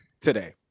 today